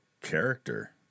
character